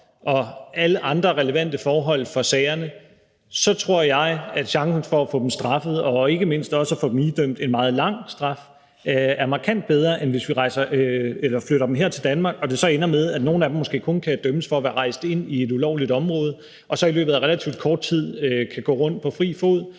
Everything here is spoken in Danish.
og alle andre relevante forhold for sagerne. Så tror jeg, at chancen for at få dem straffet og ikke mindst også at få dem idømt en meget lang straf er markant bedre, end hvis vi flytter dem her til Danmark og det så ender med, at nogle af dem måske kun kan dømmes for ulovligt at være rejst ind i et område, og at de så i løbet af relativt kort tid kan gå rundt på fri fod,